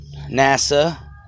NASA